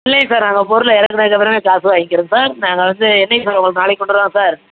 இல்லைங்க சார் நாங்கள் பொருளை இறக்குனதுக்கு அப்புறமே காசு வாங்கிக்கிறோம் சார் நாங்கள் வந்து என்றைக்கு சார் உங்களுக்கு நாளைக்கு கொண்டு வரவா சார்